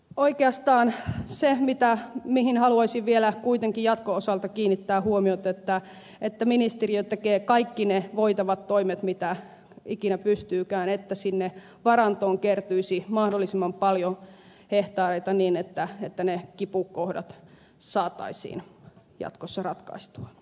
oikeastaan se mihin haluaisin vielä kuitenkin jatkon osalta kiinnittää huomiota on että ministeriö tekee kaikki ne voitavat toimet mitä ikinä pystyykään että sinne varantoon kertyisi mahdollisimman paljon hehtaareita niin että ne kipukohdat saataisiin jatkossa ratkaistua